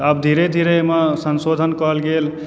तऽ आब धीरे धीरे एहिमे संसोधन करल गेल